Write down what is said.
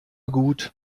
gut